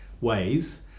ways